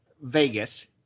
Vegas